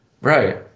right